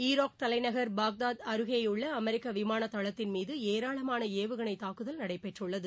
Iraq தலைநகர் Baghdad அருகேயுள்ள அமெரிக்க விமானதளத்தின்மீது ஏராளமான ஏவுகணை தாக்குதல் நடைபெற்றது